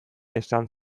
esan